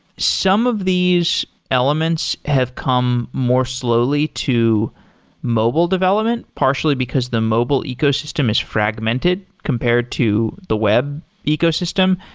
some of these elements have come more slowly to mobile development, partially because the mobile ecosystem is fragmented compared to the web ecosystem.